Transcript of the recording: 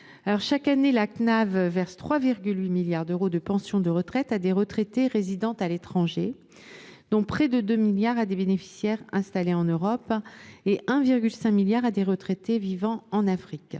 Chaque année, la Cnav verse 3,8 milliards d’euros de pensions de retraite à des retraités résidant à l’étranger, dont près de 2 milliards d’euros à des bénéficiaires installés en Europe et 1,5 milliard d’euros à des retraités vivant en Afrique.